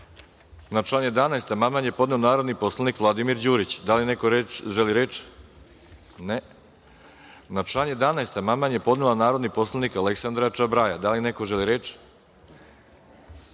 član 11. amandman je podneo narodni poslanik Vladimir Đurić. Da li neko želi reč? (Ne.)Na član 11. amandman je podnela narodni poslanik Aleksandra Čabraja. Da li neko želi reč?